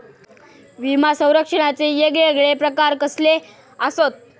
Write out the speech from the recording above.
विमा सौरक्षणाचे येगयेगळे प्रकार कसले आसत?